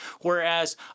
whereas